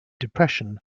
depression